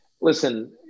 Listen